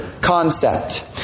concept